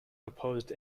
opposed